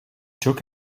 took